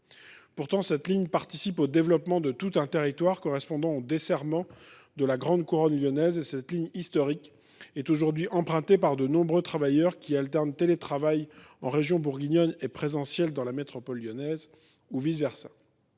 Pourtant, cette ligne participe au développement de tout un territoire correspondant au desserrement de la grande couronne lyonnaise. Cette ligne historique est aujourd’hui empruntée par de nombreux travailleurs qui alternent télétravail en région bourguignonne et présentiel dans la métropole lyonnaise, ou vice versa.